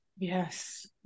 Yes